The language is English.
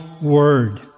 word